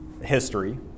history